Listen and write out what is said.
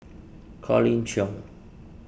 Colin Cheong